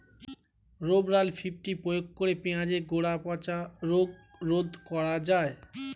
Rovral fifty প্রয়োগ করে পেঁয়াজের গোড়া পচা রোগ রোধ করা যায়?